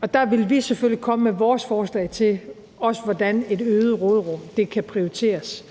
og der vil vi selvfølgelig også komme med vores forslag til, hvordan et øget råderum kan prioriteres.